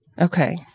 Okay